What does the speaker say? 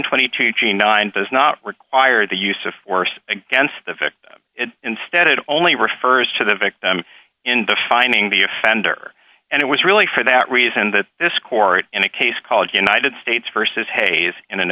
twenty two gene nine does not require the use of force against the victim instead it only refers to the victim in the finding the offender and it was really for that reason that this court in a case called united states versus hayes in an